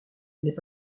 n’aie